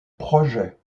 projet